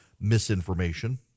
misinformation